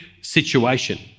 situation